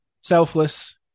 Selfless